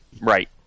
Right